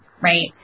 right